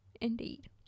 indeed